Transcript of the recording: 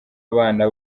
abana